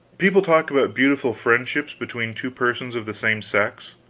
people talk about beautiful friendships between two persons of the same sex.